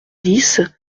dix